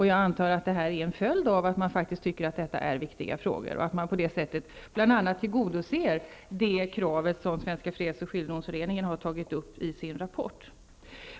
Jag antar att det här är en följd av att man faktiskt tycker att det är viktiga frågor och att man på det sättet bl.a. tillgodoser det krav som Svenska fredsoch skiljedomsföreningen har tagit upp i sin rapport.